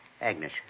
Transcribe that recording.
Agnes